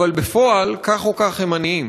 אבל בפועל, כך או כך הם עניים.